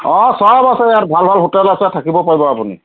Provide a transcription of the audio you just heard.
অ সব আছে ইয়া ভাল ভাল হোটেল আছে থাকিব পাৰিব আপুনি